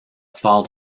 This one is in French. fort